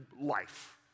life